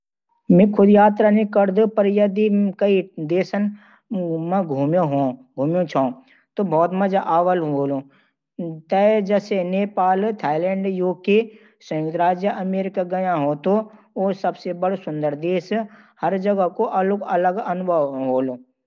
मैं खुद यात्रा नहीं करत, पर जदि तैं कई देशन मं घूम्या हो, त बहुत मजा आवा होई! तैं जइसे नेपाल, थाईलैंड, यूके, और संयु्क्त राज्य अमेरिका गयां हो तो, वोह सब्ब बडे़ सुंदर देश हैं। हर जगह का अलग अनुभव होलू!